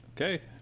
Okay